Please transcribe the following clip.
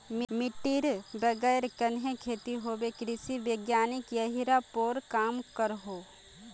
मिटटीर बगैर कन्हे खेती होबे कृषि वैज्ञानिक यहिरार पोर काम करोह